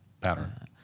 pattern